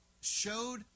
showed